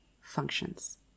functions